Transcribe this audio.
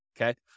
Okay